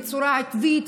בצורה עקבית,